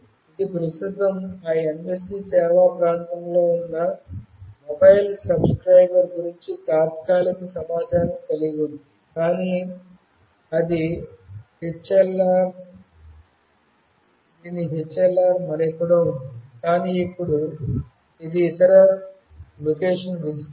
ఇది ప్రస్తుతం ఆ MSC సేవా ప్రాంతంలో ఉన్న మొబైల్ సబ్స్క్రైబర్ గురించి తాత్కాలిక సమాచారాన్ని కలిగి ఉంది కానీ దీని HLR మరెక్కడో ఉంది కానీ ఇప్పుడు అది ఇతర లొకేషన్ విజిటర్